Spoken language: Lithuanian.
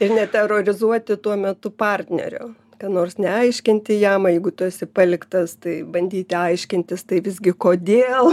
ir neterorizuoti tuo metu partnerio kad nors neaiškinti jam jeigu tu esi paliktas tai bandyti aiškintis tai visgi kodėl